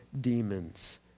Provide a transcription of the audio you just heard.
demons